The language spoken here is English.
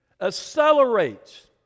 accelerates